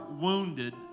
wounded